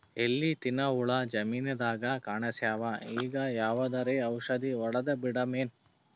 ಎಲಿ ತಿನ್ನ ಹುಳ ಜಮೀನದಾಗ ಕಾಣಸ್ಯಾವ, ಈಗ ಯಾವದರೆ ಔಷಧಿ ಹೋಡದಬಿಡಮೇನ?